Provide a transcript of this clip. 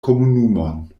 komunumon